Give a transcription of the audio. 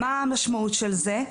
מה המשמעות של זה?